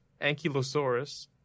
Ankylosaurus